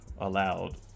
allowed